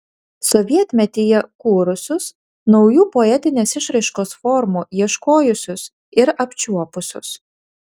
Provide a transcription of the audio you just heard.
sovietmetyje kūrusius naujų poetinės išraiškos formų ieškojusius ir apčiuopusius